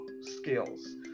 skills